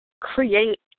create